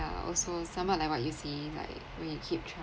yeah also somewhat like what you see like we keep